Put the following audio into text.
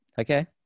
Okay